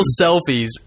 selfies